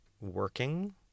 working